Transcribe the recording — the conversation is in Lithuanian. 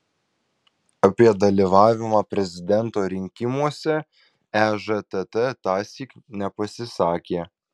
apie dalyvavimą prezidento rinkimuose ežtt tąsyk nepasisakė